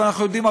ואנחנו יודעים,